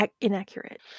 inaccurate